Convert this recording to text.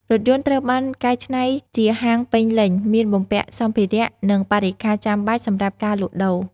រថយន្តត្រូវបានកែច្នៃជាហាងពេញលេញ មានបំពាក់សម្ភារៈ និងបរិក្ខារចាំបាច់សម្រាប់ការលក់ដូរ។